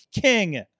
King